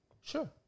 Sure